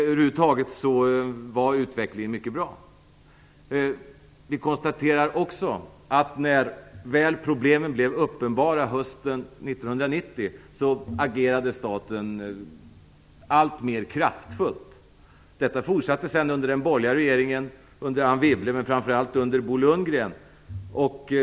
Över huvud taget var utvecklingen mycket bra. Vi konstaterar också att när väl problemen blev uppenbara, hösten 1990, agerade staten alltmer kraftfullt. Detta fortsatte sedan under den borgerliga regeringen, under Anne Wibble, men framför allt under Bo Lundgren.